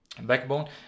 backbone